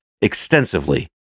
extensively